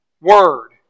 word